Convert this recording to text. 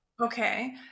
Okay